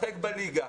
משחק בליגה,